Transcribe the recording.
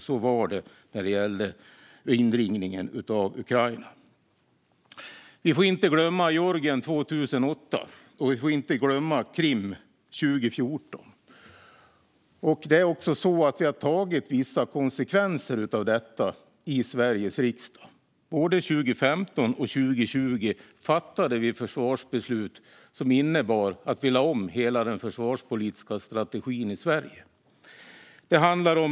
Så var det när det gällde inringningen av Ukraina. Vi får inte glömma Georgien 2008, och vi får inte glömma Krim 2014. Vi har också tagit vissa konsekvenser av detta i Sveriges riksdag. Både 2015 och 2020 fattade vi försvarsbeslut som innebar att vi lade om hela den försvarspolitiska strategin i Sverige.